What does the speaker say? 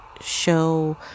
show